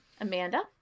Amanda